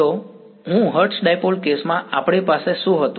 તો હું hertz dipole કેસમાં આપણી પાસે શું હતું